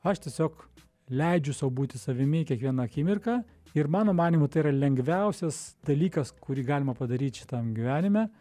aš tiesiog leidžiu sau būti savimi kiekvieną akimirką ir mano manymu tai yra lengviausias dalykas kurį galima padaryt šitam gyvenime